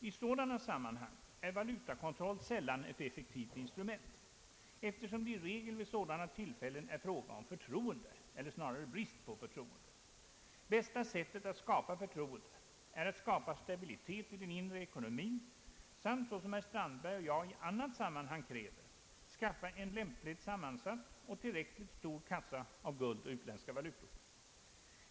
I sådana sammanhang är valutakontroll sällan ett effektivt instrument, eftersom det i regel vid sådana tillfällen är fråga om förtroende eller snarare brist på förtroende. Bästa sättet att skapa förtroende är att skapa stabilitet i den inre ekonomin samt såsom herr Strandberg och jag i annat sammanhang kräver skaffa en lämpligt sammansatt och tillräckligt stor kassa av guld och utländska valutor.